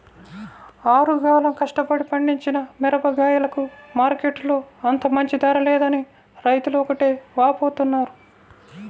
ఆరుగాలం కష్టపడి పండించిన మిరగాయలకు మార్కెట్టులో అంత మంచి ధర లేదని రైతులు ఒకటే వాపోతున్నారు